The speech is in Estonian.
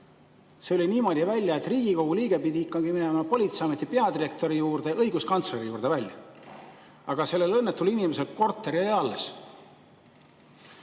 See oli niimoodi, et Riigikogu liige pidi minema Politseiameti peadirektori ja õiguskantsleri juurde välja. Aga sellel õnnetul inimesel korter jäi alles. Ja